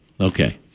okay